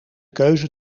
keuze